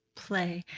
play.